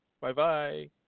Bye-bye